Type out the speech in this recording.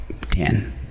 ten